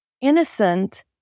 innocent